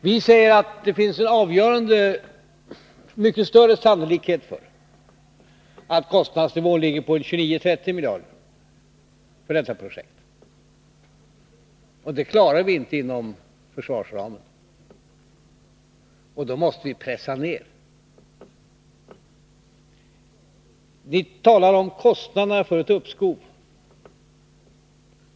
Vi säger att det finns mycket större sannolikhet för att kostnadsnivån ligger på 29-30 miljarder kr. för detta projekt. Det ryms inte inom försvarsramen, och då måste man pressa ner kostnaden. Ni talar om kostnaderna för ett uppskov.